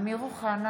אינו נוכח אמיר אוחנה,